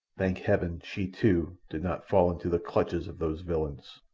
thank heaven she, too, did not fall into the clutches of those villains.